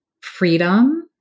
freedom